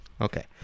Okay